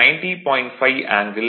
5 ஆங்கில் 7